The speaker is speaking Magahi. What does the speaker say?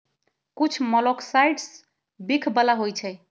कुछ मोलॉक्साइड्स विख बला होइ छइ